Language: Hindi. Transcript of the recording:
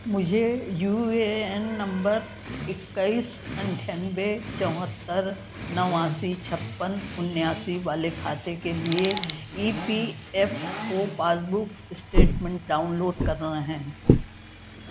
मुझे यू ए एन नम्बर इक्कीस अठानवे चौहत्तर नवासी छप्पन उन्यासी वाले खाते के लिए E P F O passbook statement download करना है